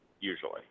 usually